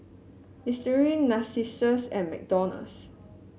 Listerine Narcissus and McDonald's